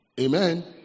Amen